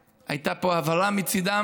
הייתה פה גם הבהרה מצידן,